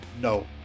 no